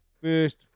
first